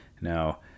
Now